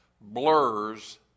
blurs